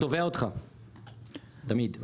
והוא תובע אותך, תמיד.